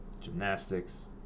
gymnastics